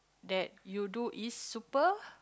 that you do is super